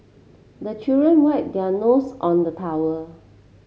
the children wipe their nose on the towel